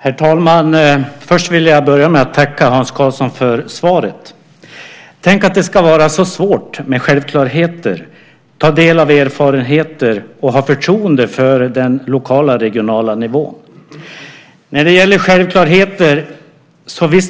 Herr talman! Jag vill börja med att tacka Hans Karlsson för svaret. Tänk att det ska vara så svårt med självklarheter, att ta del av erfarenheter och att ha förtroende för den lokala och regionala nivån! När det gäller självklarheter